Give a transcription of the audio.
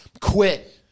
quit